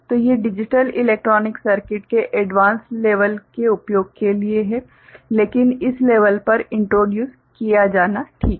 तो ये digital electronic circuit के एडवांस लेवल के उपयोग के लिए हैं लेकिन इस लेवल पर इंट्रोड्यूस किया जाना ठीक है